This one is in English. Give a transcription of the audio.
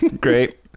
Great